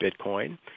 Bitcoin